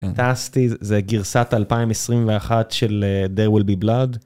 פנטסטי זה גרסת 2021 של there will be blood.